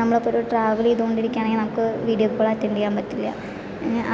നമ്മളിപ്പോൾ ഒരു ട്രാവൽ ചെയ്തു കൊണ്ടിരിക്കുകയാണെങ്കിൽ നമുക്ക് വീഡിയോ കോൾ അറ്റൻഡ് ചെയ്യാൻ പറ്റില്ല